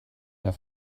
der